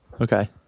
okay